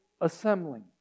assembling